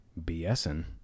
bsing